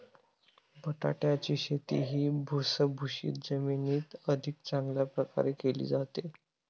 बटाट्याची शेती ही भुसभुशीत जमिनीत अधिक चांगल्या प्रकारे केली जाते